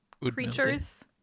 creatures